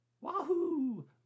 wahoo